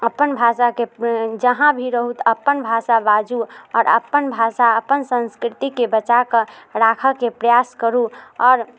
अपन भाषाके जहाँ भी रहू तऽ अपन भाषा बाजू आओर अपन भाषा अपन संस्कृतिके बचाऽ कऽ राखऽके प्रयास करू आओर